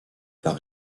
par